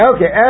Okay